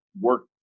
work